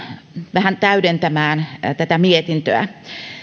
vähän täydentämään mietintöä